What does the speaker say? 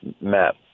Matt